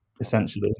Essentially